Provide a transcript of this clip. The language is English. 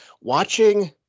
watching